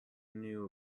knew